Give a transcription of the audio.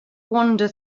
wander